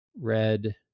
red